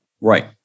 right